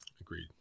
Agreed